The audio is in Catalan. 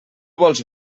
vols